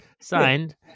signed